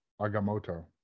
Agamoto